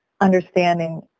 understanding